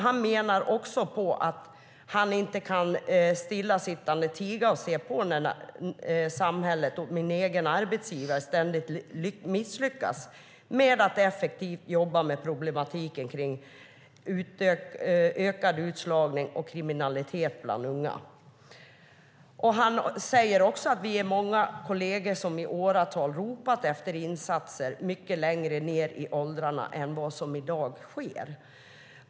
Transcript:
Han menar också att han inte stillatigande kan se på när samhället och hans egen arbetsgivare ständigt misslyckas med att jobba effektivt med problematiken kring ökad utslagning och kriminalitet bland unga. Han och många kolleger har i åratal ropat efter insatser mycket längre ned i åldrarna än vad som i dag sker.